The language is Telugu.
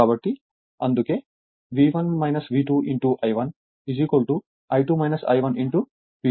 కాబట్టి అందుకే ఇది I1 V2